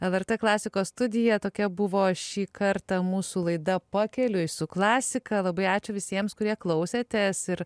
lrt klasikos studiją tokia buvo šį kartą mūsų laida pakeliui su klasika labai ačiū visiems kurie klausėtės ir